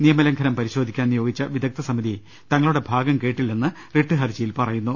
നിയമലംഘനം പരിശോധിക്കാൻ നിയോഗിച്ച വിദഗ്ദ്ധ സമിതി തങ്ങളുടെ ഭാഗം കേട്ടില്ലെന്ന് റിട്ട് ഹർജിയിൽ പറയുന്നു